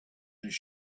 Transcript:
his